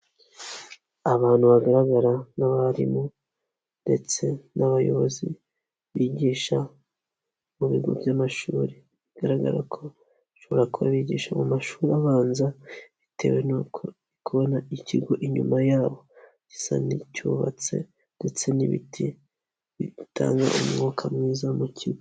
Abantu bagaragara n'abarimu ndetse n'abayobozi bigisha mu bigo by'amashuri, bigaragara ko bishobora kubagisha mu mashuri abanza, bitewe n'uko ndi kubona ikigo inyuma yabo, gisa n'icyubatse ndetse n'ibiti bitanga umwuka mwiza mu kigo.